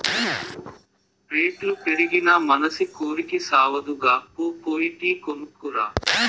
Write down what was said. రేట్లు పెరిగినా మనసి కోరికి సావదుగా, పో పోయి టీ కొనుక్కు రా